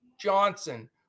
Johnson